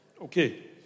Okay